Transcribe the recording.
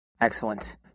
Excellent